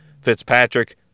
Fitzpatrick